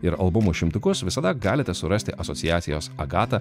ir albumų šimtukus visada galite surasti asociacijos agata